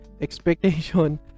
expectation